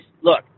Look